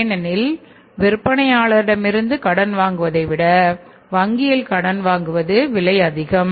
ஏனெனில் விற்பனையாளரிடமிருந்து கடன் வாங்குவதை விட வங்கியில் கடன் வாங்குவது விலை அதிகம்